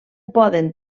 poden